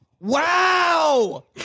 Wow